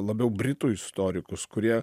labiau britų istorikus kurie